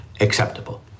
Acceptable